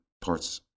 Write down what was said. parts